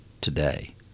today